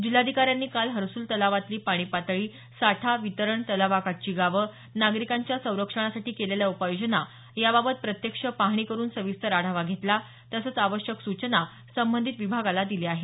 जिल्हाधिकाऱ्यांनी काल हर्सुल तलावातली पाणीपातळी साठा वितरण तलावाकाठची गावं नागरिकांच्या संरक्षणासाठी केलेल्या उपाययोजना याबाबत प्रत्यक्ष पाहणी करुन सविस्तर आढावा घेतला तसंच आवश्यक सूचना संबंधित विभागाला दिल्या आहेत